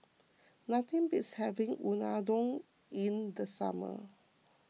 nothing beats having Unadon in the summer